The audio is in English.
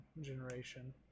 generation